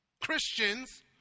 Christians